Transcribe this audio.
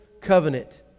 covenant